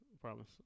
Promise